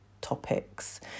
topics